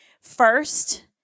first